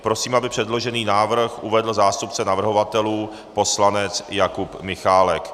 Prosím, aby předložený návrh uvedl zástupce navrhovatelů poslanec Jakub Michálek.